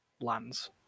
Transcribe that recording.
lands